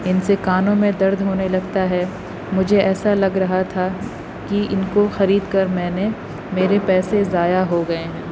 ان سے کانوں میں درد ہونے لگتا ہے مجھے ایسا لگ رہا تھا کہ ان کو خرید کر میں نے میرے پیسے ضائع ہو گئے ہیں